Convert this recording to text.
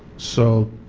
so